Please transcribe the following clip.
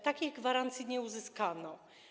Takich gwarancji nie uzyskano.